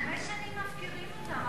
חמש שנים מפקירים אותם,